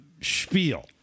spiel